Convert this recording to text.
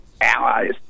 allies